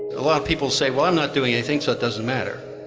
a lot of people say, well i'm not doing anything so it doesn't matter.